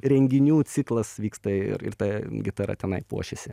renginių ciklas vyksta ir ta gitara tenai puošiasi